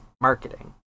marketing